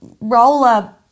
roller